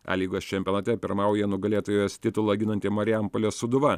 a lygos čempionate pirmauja nugalėtojos titulą ginanti marijampolės sūduva